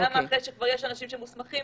למה אחרי שכבר יש אנשים שמוסמכים